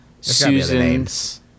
Susan's